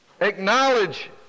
Acknowledge